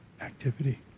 Activity